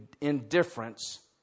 indifference